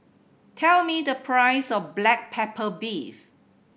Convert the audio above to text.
tell me the price of black pepper beef